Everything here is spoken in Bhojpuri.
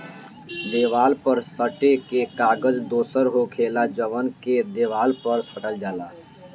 देवाल पर सटे के कागज दोसर होखेला जवन के देवाल पर साटल जाला